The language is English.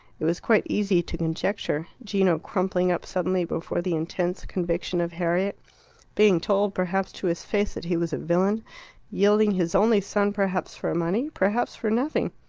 it was quite easy to conjecture gino crumpling up suddenly before the intense conviction of harriet being told, perhaps, to his face that he was a villain yielding his only son perhaps for money, perhaps for nothing.